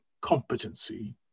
competency